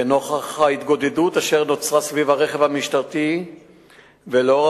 לנוכח ההתגודדות שנוצרה סביב הרכב המשטרתי ולאור